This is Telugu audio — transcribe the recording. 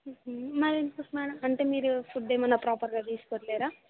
మరీ ఎందుకు మ్యాడమ్ అంటే మీరు ఫుడ్ ఏమైనా ప్రోపర్గా తీసుకోవట్లేరా